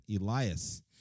Elias